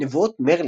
"נבואות מרלין",